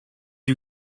you